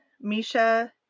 Misha